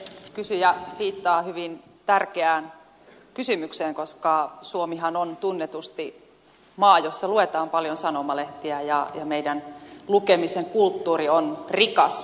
kysyjä viittaa hyvin tärkeään kysymykseen koska suomihan on tunnetusti maa jossa luetaan paljon sanomalehtiä ja meidän lukemisen kulttuurimme on rikas